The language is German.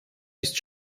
ist